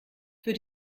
für